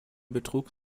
betrug